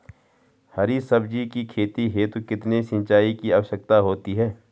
हरी सब्जी की खेती हेतु कितने सिंचाई की आवश्यकता होती है?